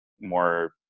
more